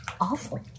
awful